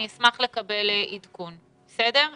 אני אשמח לקבל עדכון עד סוף הדיון.